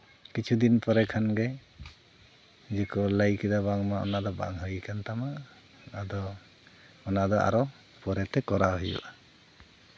ᱠᱤᱪᱷᱩ ᱫᱤᱱ ᱯᱚᱨᱮ ᱠᱷᱟᱱᱜᱮ ᱤᱭᱟᱹᱠᱚ ᱞᱟᱹᱭ ᱠᱮᱫᱟ ᱵᱟᱝᱢᱟ ᱚᱱᱟᱫᱚ ᱵᱟᱝ ᱦᱩᱭ ᱠᱟᱱ ᱛᱟᱢᱟ ᱟᱫᱚ ᱚᱱᱟᱫᱚ ᱟᱨᱚ ᱯᱚᱨᱮᱛᱮ ᱠᱚᱨᱟᱣ ᱦᱩᱭᱩᱜᱼᱟ